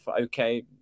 Okay